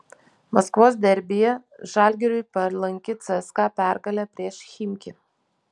maskvos derbyje žalgiriui palanki cska pergalė prieš chimki